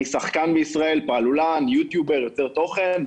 אני שחקן בישראל, פעלולן, יוטיובר, יוצר תוכן.